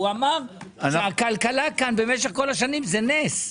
הוא אמר שהכלכלה כאן במשך כל השנים זה נס.